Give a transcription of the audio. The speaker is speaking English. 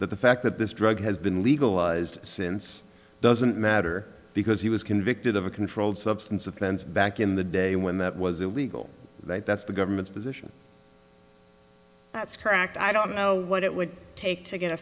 that the fact that this drug has been legalized since doesn't matter because he was convicted of a controlled substance of plans back in the day when that was illegal that that's the government's position that's correct i don't know what it would take to get a